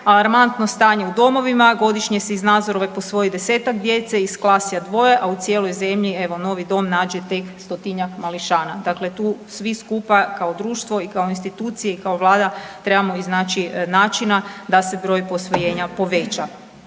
Alarmantno stanje u domovima. Godišnje se iz Nazorove posvoji 10-tak djece, iz Klasja dvoje, a u cijeloj zemlji evo novi dom nađe tek 100-tinjak mališana.“ Dakle ti svi skupa kao društvo, i kao institucije i kao Vlada trebamo iznaći načina da se broj posvojenja poveća.